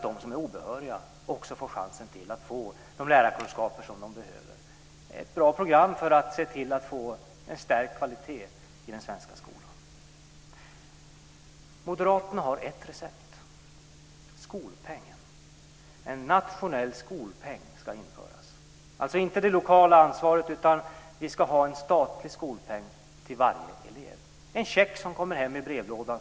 Det är ett bra program för en stärkt kvalitet i den svenska skolan. Moderaterna har ett recept: skolpengen. Det gäller inte det lokala ansvaret, utan vi ska ha en statlig skolpeng till varje elev.